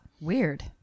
Weird